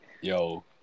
Yo